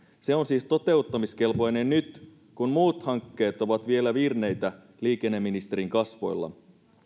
se on siis toteuttamiskelpoinen nyt kun muut hankkeet ovat vielä virneitä liikenneministerin kasvoilla